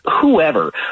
whoever